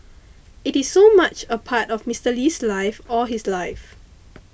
it is so much a part of Mister Lee's life all his life